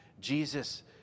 Jesus